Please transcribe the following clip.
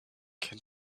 can